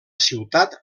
ciutat